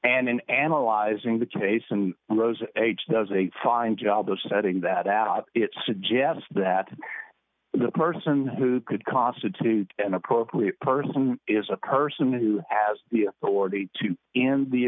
and in analyzing the case and rose age does a fine job of setting that out it suggests that the person who could constitute an appropriate person is a person who has the authority to end the